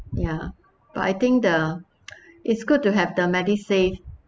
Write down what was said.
ya but I think the it's good to have the medisave